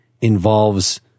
involves